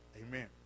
Amen